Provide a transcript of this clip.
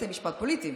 בתי משפט פוליטיים,